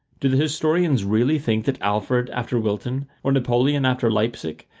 do the historians really think that alfred after wilton, or napoleon after leipsic,